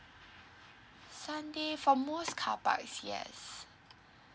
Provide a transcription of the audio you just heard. sunday for most carparks is yes